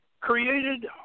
created